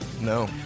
No